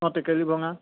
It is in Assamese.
অঁ টেকেলি ভঙা